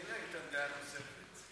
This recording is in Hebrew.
איתן רצה להוסיף משהו.